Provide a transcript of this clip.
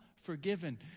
forgiven